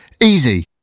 Easy